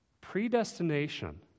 Predestination